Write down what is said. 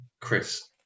chris